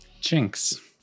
Jinx